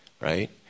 right